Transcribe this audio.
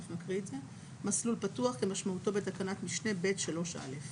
"מסלול פתוח" - כמשמעותו בתקנת משנה (ב)(3)(א).